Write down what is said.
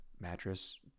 mattress